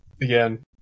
Again